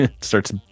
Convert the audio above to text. Starts